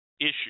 issue